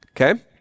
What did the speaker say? Okay